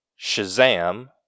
Shazam